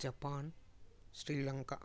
Japan Sri Lanka